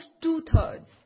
two-thirds